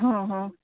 હ હ